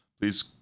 Please